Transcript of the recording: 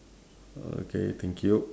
okay thank you